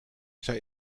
zij